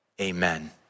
amen